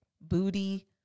booty